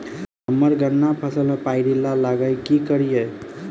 हम्मर गन्ना फसल मे पायरिल्ला लागि की करियै?